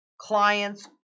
clients